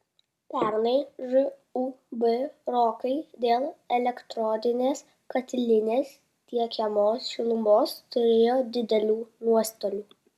pernai žūb rokai dėl elektrodinės katilinės tiekiamos šilumos turėjo didelių nuostolių